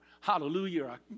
hallelujah